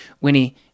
Winnie